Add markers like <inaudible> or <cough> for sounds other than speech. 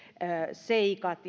seikat <unintelligible>